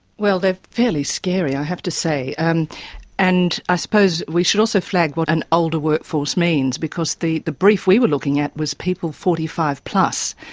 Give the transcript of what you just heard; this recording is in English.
well, they are fairly scary i have to say. and and i suppose we should also flag what an older workforce means, because the the brief we were looking at was people forty five plus,